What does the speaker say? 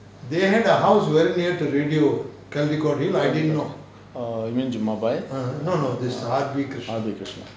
err you mean jumabhoy R_B krishna